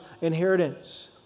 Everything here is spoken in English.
inheritance